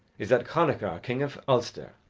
is that connachar, king of ulster,